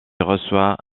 reçoit